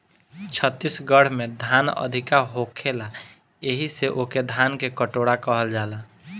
छत्तीसगढ़ में धान अधिका होखेला एही से ओके धान के कटोरा कहल जाला